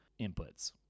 inputs